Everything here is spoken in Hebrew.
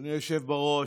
אדוני היושב-בראש,